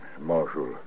Marshal